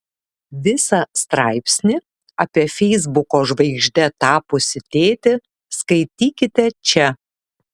visą straipsnį apie feisbuko žvaigžde tapusį tėtį skaitykite čia